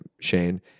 Shane